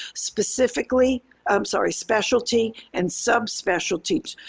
specifically i'm sorry, specialty and subspecialty,